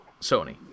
Sony